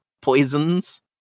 poisons